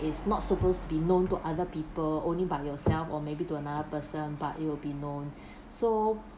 it's not supposed be known to other people only by yourself or maybe to another person but it will be known so